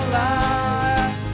life